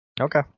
Okay